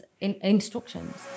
instructions